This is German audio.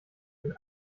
sind